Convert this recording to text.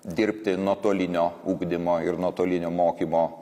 dirbti nuotolinio ugdymo ir nuotolinio mokymo